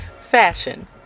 fashion